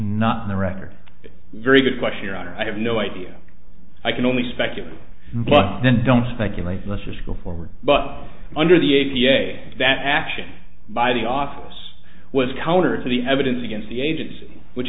not in the record very good question your honor i have no idea i can only speculate but then don't speculate let's just go forward but under the a p a that action by the office was counter to the evidence against the agency which